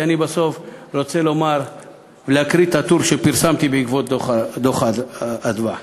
כי אני בסוף רוצה לומר ולהקריא את הטור שפרסמתי בעקבות דוח "מרכז אדוה"